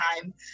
time